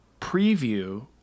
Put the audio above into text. preview